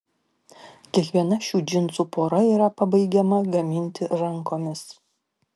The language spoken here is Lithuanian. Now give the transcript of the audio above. kiekviena šių džinsų pora yra pabaigiama gaminti rankomis